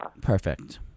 Perfect